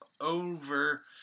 over